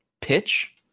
pitch